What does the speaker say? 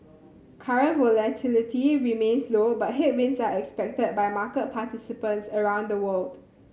current volatility remains low but headwinds are expected by market participants around the world